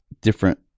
different